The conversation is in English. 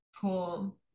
Cool